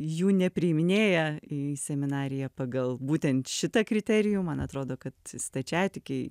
jų nepriiminėja į seminariją pagal būtent šitą kriterijų man atrodo kad stačiatikiai